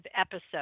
episode